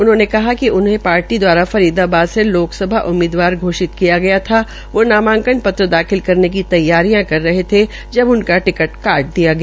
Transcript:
उन्होंने कहा कि उन्हें पार्टी दवारा फरीदाबाद से लोकसभा उम्मीदवार घोषित किया था वो नामांकन पत्र दाखिल करने की तैयारियां कर रहे थे जब उनका टिकट काट दिया गया